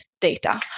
data